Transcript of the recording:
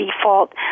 default